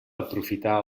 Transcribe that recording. aprofitar